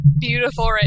Beautiful